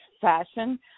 fashion